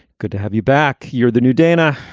good to have you back. you're the new dana.